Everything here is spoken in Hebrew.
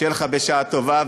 שיהיה לך בשעה טובה,